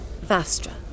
Vastra